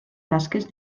tasques